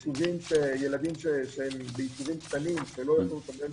ילדים שהם ביישובים קטנים, שלא יכלו לקבל